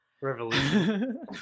Revolution